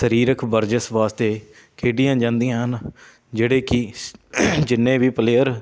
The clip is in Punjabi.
ਸਰੀਰਕ ਵਰਜਿਸ਼ ਵਾਸਤੇ ਖੇਡੀਆਂ ਜਾਂਦੀਆਂ ਹਨ ਜਿਹੜੇ ਕਿ ਸ ਜਿੰਨੇ ਵੀ ਪਲੇਅਰ